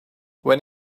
when